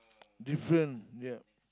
different ya